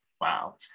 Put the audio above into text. Wow